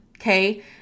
Okay